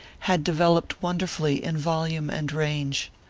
had developed wonderfully in volume and range.